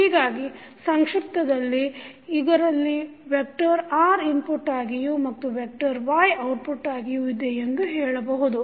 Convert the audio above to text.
ಹೀಗಾಗಿ ಸಂಕ್ಷೀಪ್ತದಲ್ಲಿ ಇದರಲ್ಲಿ ವೆಕ್ಟರ್ R ಇನ್ಪುಟ್ಟಾಗಿಯೂ ಮತ್ತು ವೆಕ್ಟರ್ Y ಔಟ್ಪುಟ್ ಆಗಿವೆ ಎಂದು ಹೇಳಬಹುದು